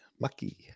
Mucky